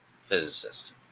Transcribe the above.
physicist